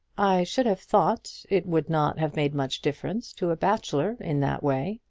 i should have thought it would not have made much difference to a bachelor in that way.